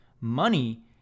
Money